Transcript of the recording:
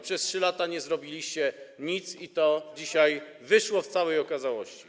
Przez 3 lata nie zrobiliście nic i dzisiaj to wyszło w całej okazałości.